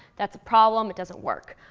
that's a problem, it doesn't work,